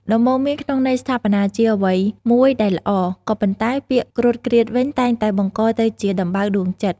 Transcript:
ដំបូន្មានក្នុងន័យស្ថាបនាជាអ្វីមួយដែលល្អ ក៏ប៉ុន្តែពាក្យគ្រោតគ្រាតវិញតែងតែបង្កទៅជាដំបៅដួងចិត្ត។